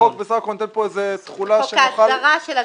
החוק בסך הכל נותן פה איזה תחולה שנוכל -- חוק ההסדרה של הגמ"חים.